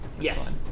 Yes